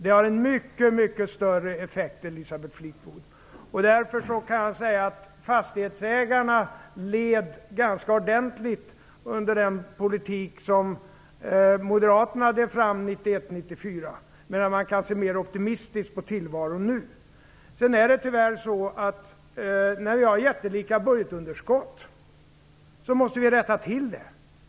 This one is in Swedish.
Det har en mycket större effekt, Elisabeth Fleetwood! Därför kan jag säga att fastighetsägarna led ganska ordentligt under den politik som Moderaterna drev fram 1991 1994. Däremot kan man se mer optimistiskt på tillvaron nu. Tyvärr är det så att vi när vi har jättelika budgetunderskott måste rätta till det.